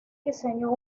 diseñó